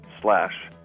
slash